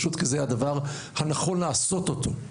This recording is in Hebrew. כי זה הדבר הנכון לעשות אותו.